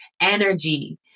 energy